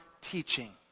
teaching